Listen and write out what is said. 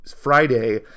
Friday